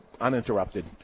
uninterrupted